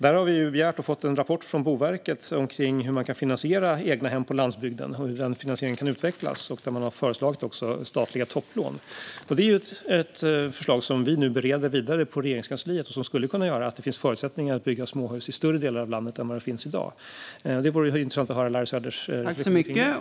Vi har begärt och fått en rapport från Boverket om hur man kan finansiera egnahem på landsbygden och hur den finansieringen kan utvecklas. Där har man också föreslagit statliga topplån. Det är ett förslag som vi nu bereder vidare i Regeringskansliet. Detta skulle kunna göra att det kommer att finnas förutsättningar för att bygga småhus i fler delar av landet än i dag.